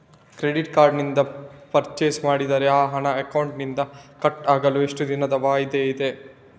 Credit card ನಿಂದ purchase ಮಾಡಿದರೆ ಆ ಹಣ ಅಕೌಂಟಿನಿಂದ ಕಟ್ ಆಗಲು ಎಷ್ಟು ದಿನದ ವಾಯಿದೆ ಇದೆ?